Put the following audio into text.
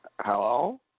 hello